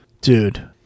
Dude